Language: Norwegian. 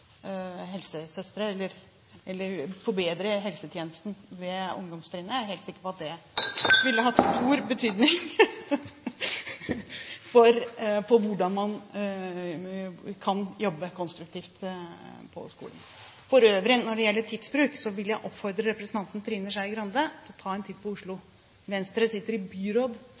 forbedre helsetjenesten ved ungdomstrinnet. Jeg er helt sikker på at det ville hatt stor betydning for hvordan man kan jobbe konstruktivt på skolen. For øvrig, når det gjelder tidsbruk, vil jeg oppfordre representanten Trine Skei Grande til å ta en titt på Oslo. Venstre sitter i byråd